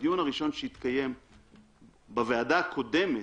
בדיון הראשון שהתקיים בוועדה הקודמת,